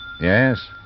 Yes